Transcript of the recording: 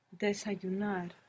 Desayunar